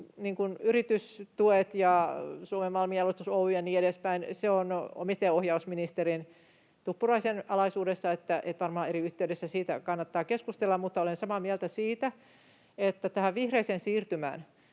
yritystuet ja Suomen Malmijalostus Oy:n ja niin edespäin. Ne ovat omistajaohjausministeri Tuppuraisen alaisuudessa, ja varmaan eri yhteydessä niistä kannattaa keskustella. Mutta olen samaa mieltä siitä, että tähän vihreään siirtymään